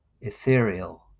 ethereal